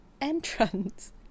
entrance